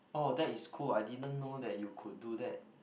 oh that is cool I didn't know that you could do that